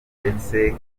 ndetse